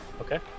Okay